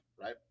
right